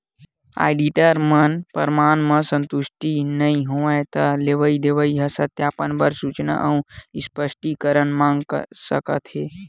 auditor मन परमान म संतुस्ट नइ होवय त लेवई देवई के सत्यापन बर सूचना अउ स्पस्टीकरन मांग सकत हे